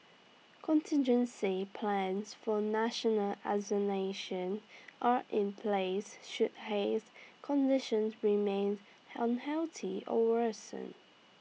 contingency plans for national as nation are in place should haze conditions remain unhealthy or worsen